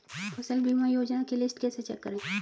फसल बीमा योजना की लिस्ट कैसे चेक करें?